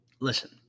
Listen